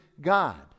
God